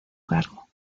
cargo